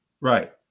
right